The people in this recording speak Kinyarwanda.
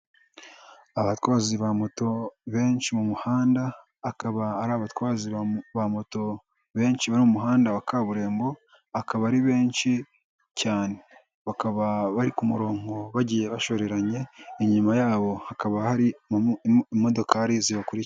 Abatwazi moto benshi mu muhanda, akaba ari abatwazi moto benshi bari umuhanda wa kaburimbo, akaba ari benshi cyane, bakaba bari ku murongo bagiye bashoreranye, inyuma yabo hakaba hari imodokari zibakurikiye.